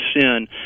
sin